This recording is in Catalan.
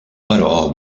però